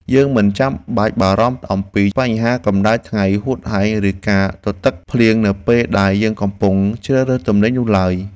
យើងមិនចាំបាច់បារម្ភអំពីបញ្ហាកម្ដៅថ្ងៃហួតហែងឬការទទឹកភ្លៀងនៅពេលដែលយើងកំពុងជ្រើសរើសទំនិញនោះឡើយ។